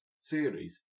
series